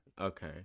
Okay